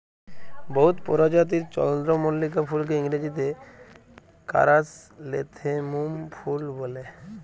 বহুত পরজাতির চল্দ্রমল্লিকা ফুলকে ইংরাজিতে কারাসলেথেমুম ফুল ব্যলে